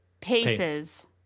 paces